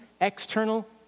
external